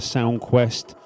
SoundQuest